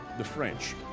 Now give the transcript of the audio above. the french,